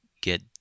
get